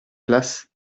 place